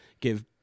give